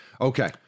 Okay